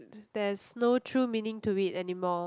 there's no true meaning to it anymore